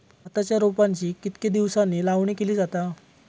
भाताच्या रोपांची कितके दिसांनी लावणी केली जाता?